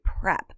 prep